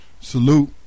Salute